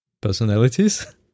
personalities